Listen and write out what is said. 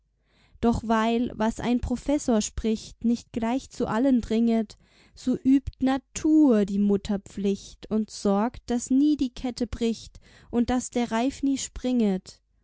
doch weil was ein professor spricht nicht gleich zu allen dringet so übt n a t u r die mutterpflicht und sorgt daß nie die kette bricht und daß der reif nie springet